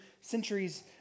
centuries